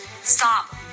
stop